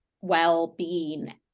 well-being